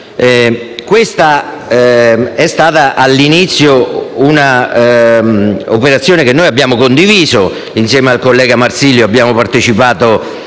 Questa è stata, all'inizio, un'operazione che noi abbiamo condiviso. Insieme al collega Marsilio abbiamo partecipato